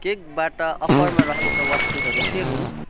केकबाट अफरमा रहेका वस्तुहरू के हुन्